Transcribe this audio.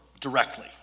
directly